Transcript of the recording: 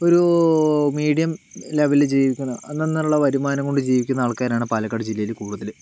ഒരൂ മീഡിയം ലെവലിൽ ജീവിക്കണ അന്നന്നുള്ള വരുമാനം കൊണ്ട് ജീവിക്കുന്ന ആൾക്കാരാണ് പാലക്കാട് ജില്ലയില് കൂടുതല്